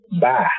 Bye